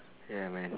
ya man